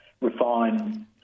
refine